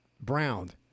browned